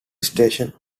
station